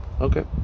Okay